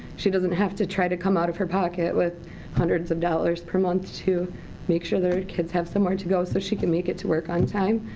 she doesn't have to try to come out of her pocket, with hundreds of dollars per month to make sure that her kids have somewhere to go so she can make it to work on time.